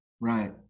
Right